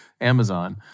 Amazon